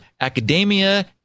academia